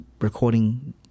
recording